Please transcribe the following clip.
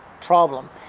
problem